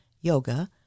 yoga